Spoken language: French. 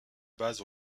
base